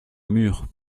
murs